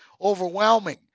overwhelming